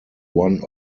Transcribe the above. one